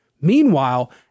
Meanwhile